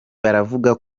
baravuga